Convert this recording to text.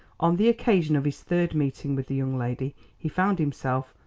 on the occasion of his third meeting with the young lady he found himself,